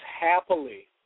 happily